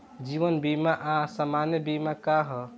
जीवन बीमा आ सामान्य बीमा का ह?